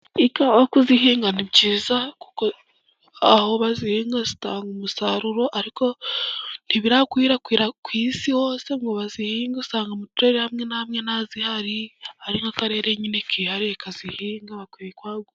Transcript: Ikawa kuzihinga ni byiza, kuko aho bazihinga zitanga umusaruro, ariko ntibirakwirakwira ku isi hose ngo bazihinge, usanga mu turere hamwe na hamwe ntazihari, ari nk'akarere nyine kihariye kazihinga, bakwiye kwagura.